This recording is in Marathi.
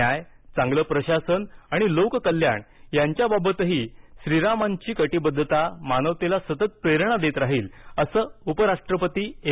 न्याय चांगलं प्रशासन आणि लोककल्याण यांच्याबाबत श्रीरामांही कटिबद्धता मानवतेला सतत प्रेरणा देत राहील असं उपराष्ट्रपती एम